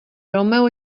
romeo